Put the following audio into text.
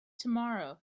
tomorrow